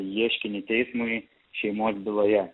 ieškinį teismui šeimos byloje